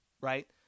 right